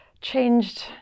changed